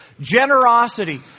generosity